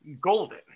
golden